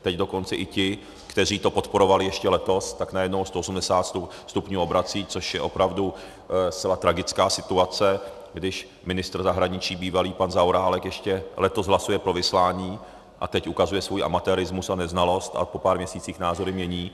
Teď dokonce i ti, kteří to podporovali ještě letos, tak najednou o 180 stupňů obracejí, což je opravdu zcela tragická situace, když bývalý ministr zahraničí pan Zaorálek ještě letos hlasuje pro vyslání, a teď ukazuje svůj amatérismus a neznalost a po pár měsících názory mění.